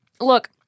Look